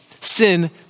sin